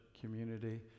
community